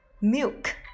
milk